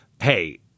hey